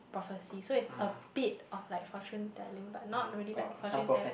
prophecy so it's a bit of like fortune telling but not really like fortune tell